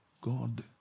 God